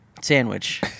Sandwich